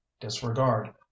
disregard